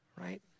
Right